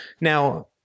Now